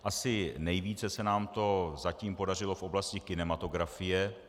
Asi nejvíce se nám to zatím podařilo v oblasti kinematografie.